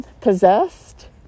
Possessed